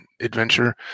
adventure